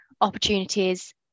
opportunities